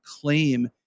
claim